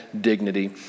dignity